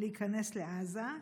להיכנס לעזה?